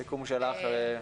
סיכום שלך.